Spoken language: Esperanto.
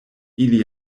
ili